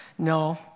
No